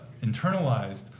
internalized